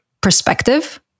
perspective